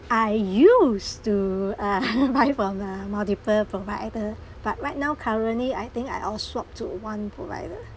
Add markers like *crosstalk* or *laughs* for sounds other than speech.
I used to uh *laughs* buy from a multiple provider but right now currently I think I all swap to one provider